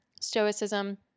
stoicism